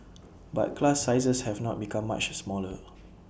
but class sizes have not become much smaller